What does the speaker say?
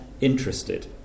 interested